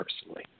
personally